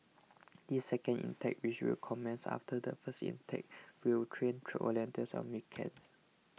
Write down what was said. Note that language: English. the second intake which will commence after the first intake will train volunteers on weekends